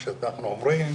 כשאנחנו אומרים